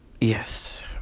yes